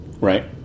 right